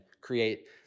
create